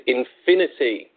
infinity